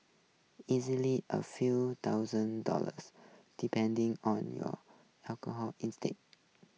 easily a few thousand dollars depending on your alcohol instead